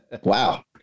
wow